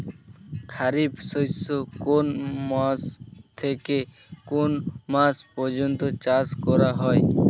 খারিফ শস্য কোন মাস থেকে কোন মাস পর্যন্ত চাষ করা হয়?